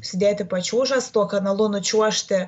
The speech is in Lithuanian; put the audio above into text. užsidėti pačiūžas tuo kanalu nučiuožti